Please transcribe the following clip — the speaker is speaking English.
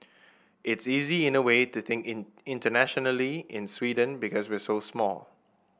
it's easy in a way to think in internationally in Sweden because we're so small